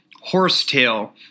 horsetail